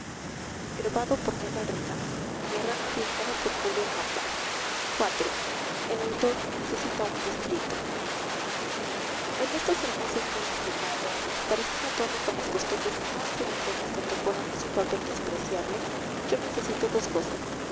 iv el autor necesita un distrito en estos hermosos días de mayo para estar a tono con las costumbres y no hacer entre mis contemporáneos un papel despreciable yo necesito dos cosas